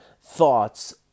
thoughts